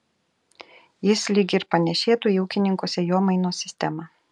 jis lyg ir panėšėtų į ūkininko sėjomainos sistemą